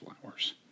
flowers